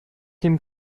dem